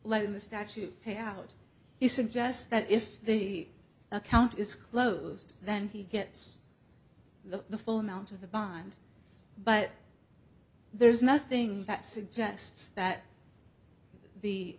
letting the statute pay out he suggests that if the account is closed then he gets the full amount of the bond but there's nothing that suggests that the